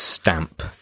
Stamp